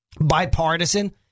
bipartisan